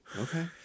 Okay